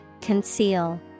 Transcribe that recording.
conceal